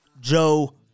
Joe